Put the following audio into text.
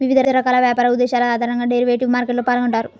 వివిధ రకాల వ్యాపార ఉద్దేశాల ఆధారంగా డెరివేటివ్ మార్కెట్లో పాల్గొంటారు